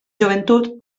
joventut